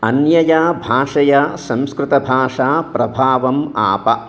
अन्यया भाषया संस्कृतभाषा प्रभावम् आप